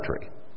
country